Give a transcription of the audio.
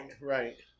Right